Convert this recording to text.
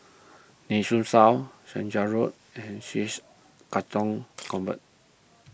Nee Soon South Chander Road and Chij Katong Convent